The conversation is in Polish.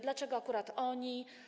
Dlaczego akurat oni?